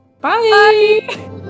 Bye